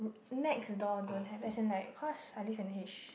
next door don't have as in like cause I live in H